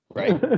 right